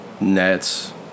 Nets